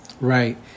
Right